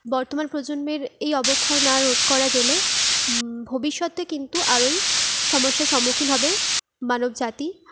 বর্তমান প্রজন্মের এই অবক্ষয় না রোধ করা গেলে ভবিষ্যতে কিন্তু আরোই সমস্যার সম্মুখীন হবে মানবজাতি